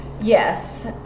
yes